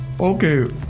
Okay